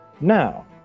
Now